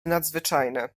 nadzwyczajne